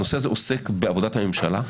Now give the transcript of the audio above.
הנושא הזה עוסק בעבודת הממשלה,